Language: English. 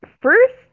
first